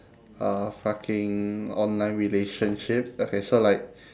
a fucking online relationship okay so like